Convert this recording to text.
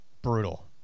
brutal